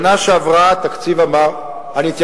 אבל זה שלושה יישובים מתוך ה-40.